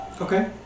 Okay